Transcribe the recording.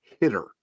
hitter